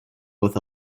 with